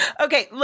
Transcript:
Okay